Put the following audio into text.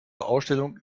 ausstellung